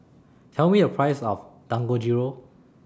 Tell Me The Price of Dangojiru